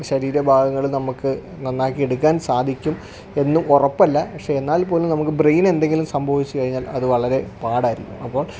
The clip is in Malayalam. ശരീരഭാഗങ്ങൾ നമുക്ക് നന്നാക്കി എടുക്കാൻ സാധിക്കും എന്ന് ഉറപ്പല്ല പക്ഷേ എന്നാൽ പോലും നമുക്ക് ബ്രെയിൻ എന്തെങ്കിലും സംഭവിച്ചു കഴിഞ്ഞാൽ അത് വളരെ പാടായിരിക്കും അപ്പം